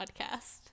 podcast